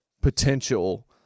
potential